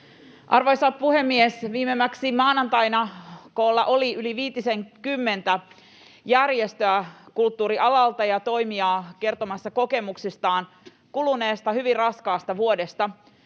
Arvoisa puhemies! Viimeimmäksi maanantaina koolla oli yli viitisenkymmentä järjestöä ja toimijaa kulttuurialalta kertomassa kokemuksistaan kuluneesta, hyvin raskaasta vuodesta.